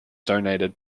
donated